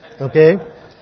Okay